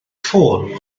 ffôn